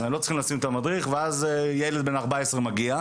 הם לא צריכים לשים את המדריך ואז ילד בן 14 מגיע,